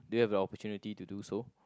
do you have the opportunity to do so